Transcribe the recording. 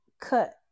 cut